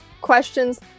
questions